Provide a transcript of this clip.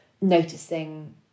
noticing